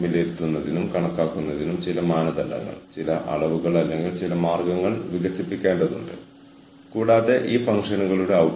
ചില ടെൻഷനുകൾ കാരണം ചില അതൃപ്തികൾ കാരണം ചില കാര്യങ്ങൾ നമുക്ക് കാണാൻ കഴിയും ചില കാര്യങ്ങൾ മെച്ചപ്പെടേണ്ടതുണ്ട് ഫീൽഡ് വികസിക്കേണ്ടതുണ്ട്